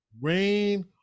rain